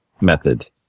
method